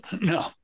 No